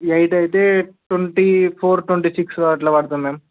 eight అయితే twenty four twenty six అట్ల పడుతుంది మ్యామ్